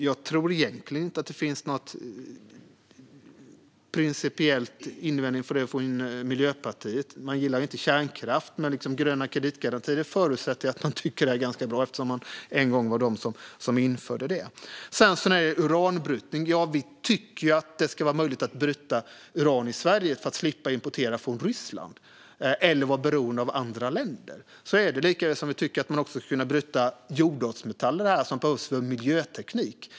Jag tror egentligen inte att det finns någon principiell invändning mot detta från Miljöpartiet. Man gillar inte kärnkraft, men jag förutsätter att man tycker att gröna kreditgarantier är ganska bra eftersom man en gång införde dem. När det gäller uranbrytning tycker vi att det ska vara möjligt att bryta uran i Sverige för att slippa importera från Ryssland eller vara beroende av andra länder. Vi tycker också att man ska kunna bryta jordartsmetaller här som behövs för miljöteknik.